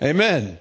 Amen